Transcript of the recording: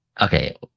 Okay